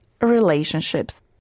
relationships